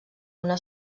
una